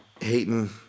hating